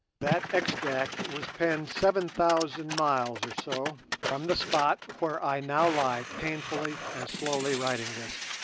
that extract was penned seven thousand miles or so from the spot where i now lie painfully and slowly writing this,